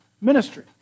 ministry